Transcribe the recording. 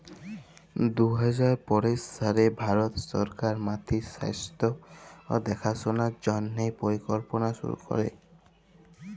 দু হাজার পলের সালে ভারত সরকার মাটির স্বাস্থ্য দ্যাখাশলার জ্যনহে পরকল্প শুরু ক্যরে